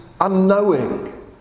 unknowing